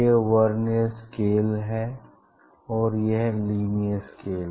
यह vernier scale है और यह लीनियर स्केल